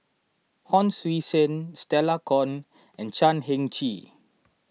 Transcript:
Hon Sui Sen Stella Kon and Chan Heng Chee